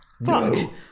No